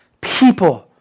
people